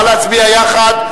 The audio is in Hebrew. נא להצביע יחד.